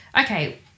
okay